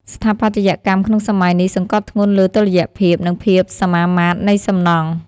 ស្ថាបត្យកម្មក្នុងសម័យនេះសង្កត់ធ្ងន់លើតុល្យភាព និងភាពសមមាត្រនៃសំណង់។